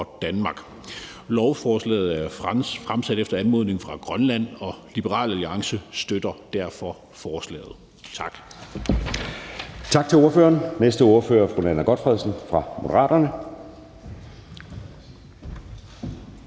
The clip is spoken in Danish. for Danmark. Lovforslaget er fremsat efter anmodning fra Grønland, og Liberal Alliance støtter derfor forslaget. Tak.